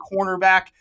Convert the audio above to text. cornerback